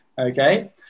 Okay